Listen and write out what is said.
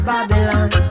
Babylon